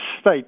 state